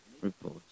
report